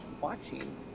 watching